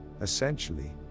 Essentially